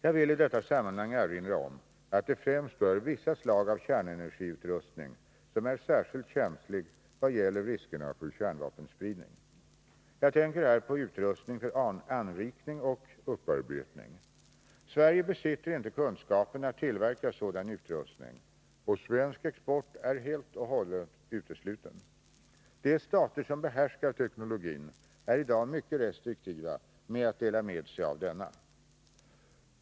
Jag vill i detta sammanhang erinra om att det främst är vissa slag av kärnenergiutrustning som är särskilt känsliga i vad gäller riskerna för kärnvapenspridning. Jag tänker här på utrustning för anrikning och upparbetning. Sverige besitter inte kunskapen att tillverka sådan utrustning, och svensk export är helt och hållet utesluten. De stater som behärskar teknologin är i dag mycket restriktiva med att dela med sig av denna.